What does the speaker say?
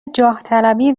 جاهطلبی